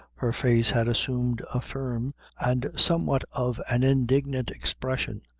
her face had assumed a firm and somewhat of an indignant expression.